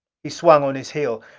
he swung on his heel.